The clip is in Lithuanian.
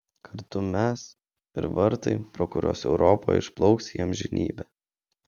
kartu mes ir vartai pro kuriuos europa išplauks į amžinybę